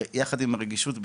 יחד עם הרגישות,